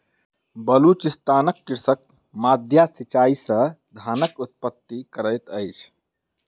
बलुचिस्तानक कृषक माद्दा सिचाई से धानक उत्पत्ति करैत अछि